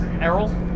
Errol